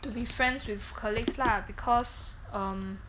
to be friends with colleagues lah because um